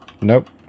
Nope